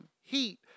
heat